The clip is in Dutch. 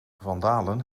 vandalen